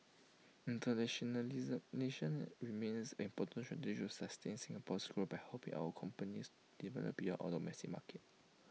internationalize nation remains an important strategy to sustain Singapore's growth by helping our companies develop beyond our domestic market